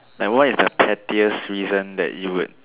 like what is the pettiest reason that you would